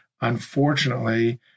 unfortunately